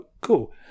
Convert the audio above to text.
cool